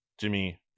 Jimmy